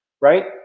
right